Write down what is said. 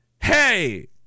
Hey